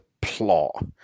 plot